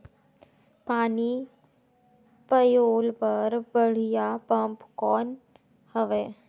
पानी पलोय बर बढ़िया पम्प कौन हवय?